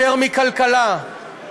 יותר מכלכלה,